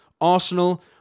Arsenal